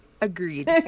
Agreed